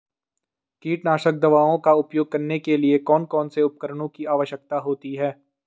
कीटनाशक दवाओं का उपयोग करने के लिए कौन कौन से उपकरणों की आवश्यकता होती है?